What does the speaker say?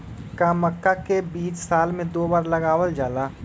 का मक्का के बीज साल में दो बार लगावल जला?